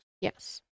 Yes